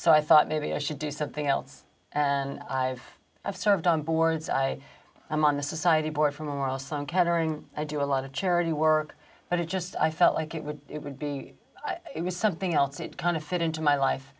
so i thought maybe i should do something else and i've i've served on boards i i'm on the society board for memorial sloan kettering i do a lot of charity work but it just i felt like it would it would be it was something else it kind of fit into my life